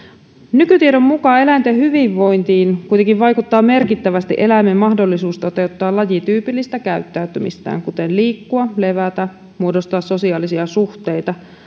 nykytiedon mukaan eläinten hyvinvointiin kuitenkin vaikuttaa merkittävästi eläimen mahdollisuus toteuttaa lajityypillistä käyttäytymistään kuten liikkua levätä muodostaa sosiaalisia suhteita